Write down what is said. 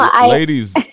ladies